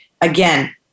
again